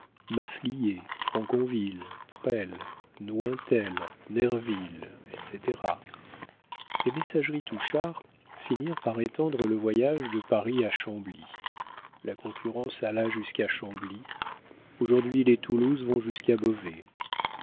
franconville presle nointel nerville etc les messageries touchard finirent par étendre le voyage de paris à chambly